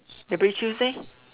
every tuesday